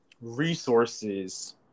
resources